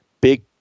Big